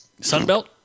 Sunbelt